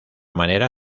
manera